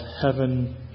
heaven